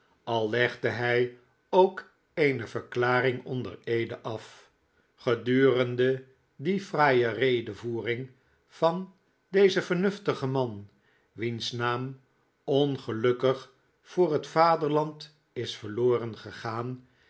legde hij ook eene verklaring onder eede af gedurende die fraaie redevoering van dezen vernuftigen man wiens naam ongelukkig voor het vaderland is verloren gegaan